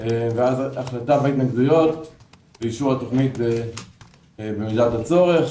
ואז ההחלטה והתנגדויות ואישור התוכנית במידת הצורך.